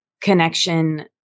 connection